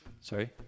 Sorry